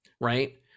right